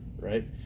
right